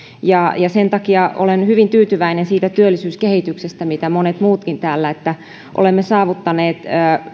ja sen takia olen hyvin tyytyväinen siitä työllisyyskehityksestä niin kuin monet muutkin täällä että olemme saavuttaneet